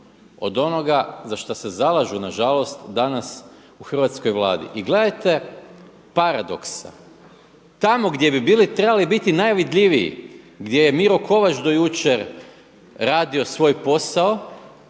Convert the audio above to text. od onoga za šta se zalažu na žalost danas u hrvatskoj Vladi. I gledajte paradoksa. Tamo gdje bi trebali biti najvidljiviji, gdje je Miro Kovač do jučer radio svoj posao